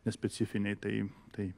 nespecifiniai tai taip